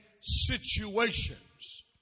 situations